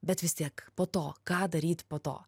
bet vis tiek po to ką daryt po to